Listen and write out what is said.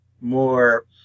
more